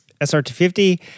SR250